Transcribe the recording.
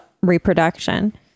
reproduction